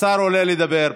השר עולה לדבר.